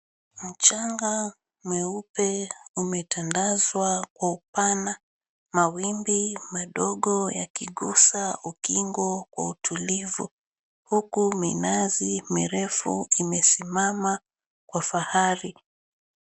Mchanga mweupe umetandazwa kwa upana, mawimbi madogo yakigusa ukingo kwa utulivu huku minazi mirefu imesimama kwa fahari.